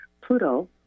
Pluto